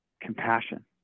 compassion